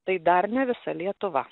tai dar ne visa lietuva